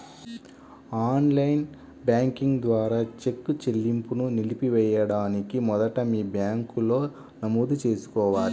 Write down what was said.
on line banking ద్వారా cheque చెల్లింపును నిలిపివేయడానికి మొదట మీ బ్యాంకులో నమోదు చేసుకోవాలి